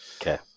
Okay